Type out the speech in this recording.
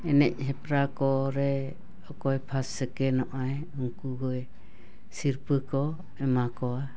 ᱮᱱᱮᱡ ᱦᱮᱯᱨᱟᱣ ᱠᱚᱨᱮ ᱚᱠᱚᱭ ᱯᱷᱟᱥ ᱥᱮᱠᱮᱱᱚᱜ ᱟᱭ ᱩᱱᱠᱩᱜᱮ ᱥᱤᱨᱯᱟᱹ ᱠᱚ ᱮᱢᱟ ᱠᱚᱣᱟ